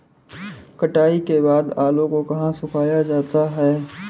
कटाई के बाद आलू को कहाँ सुखाया जाता है?